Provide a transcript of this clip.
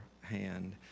hand